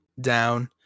down